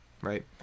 right